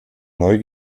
neu